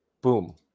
boom